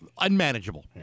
unmanageable